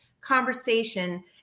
conversation